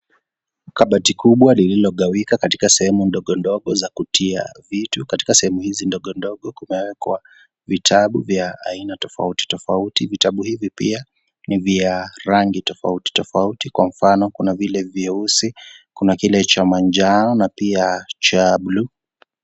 Kabati kubwa lililogawika katika sehemu ndogo ndogo za kutia vitu katika sehemu hizi ndogo ndogo kumeeekwa vitabu vya aina tofauti tofauti. Vitabu hivi pia ni vya rangi tofauti tofauti ,Kwa mfano kuna vile vyeusi ,kuna kile cha manjano na pia cha bluu.